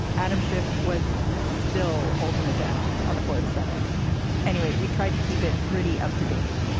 adam schiff was still holding it down on the floor of the senate anyway, we tried to keep it pretty up to date.